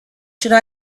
should